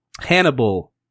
Hannibal